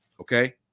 Okay